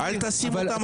כי זאת השליחות שלנו